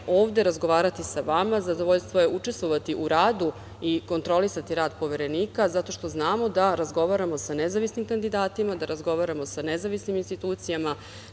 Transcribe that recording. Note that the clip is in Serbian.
ovde, razgovarati sa vama, zadovoljstvo je učestvovati u radu i kontrolisati rad Poverenika zato što znamo da razgovaramo sa nezavisnim kandidatima, da razgovaramo sa nezavisnim institucijama,